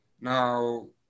Now –